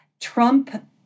Trump